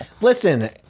Listen